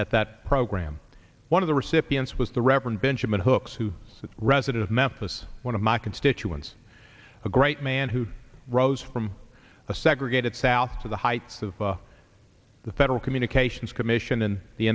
at that program one of the recipients was the reverend benjamin hooks who is resident of memphis one of my constituents a great man who rose from a segregated south to the heights of the federal communications commission in the